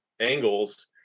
angles